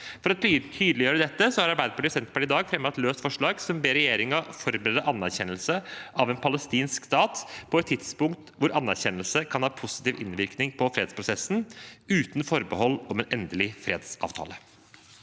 For å tydeliggjøre dette har Arbeiderpartiet og Senterpartiet i dag fremmet et forslag som ber regjeringen forberede anerkjennelse av en palestinsk stat på et tidspunkt hvor anerkjennelse kan ha positiv innvirkning på fredsprosessen, og uten forbehold om en endelig fredsavtale.